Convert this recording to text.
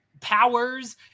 powers